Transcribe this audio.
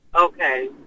Okay